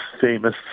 famous